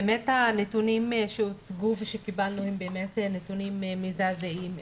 הנתונים שהוצגו כשקיבלנו באמת הם נתונים מזעזעים,